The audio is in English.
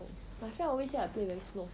oh my friend always say I play very slow sia